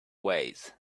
ways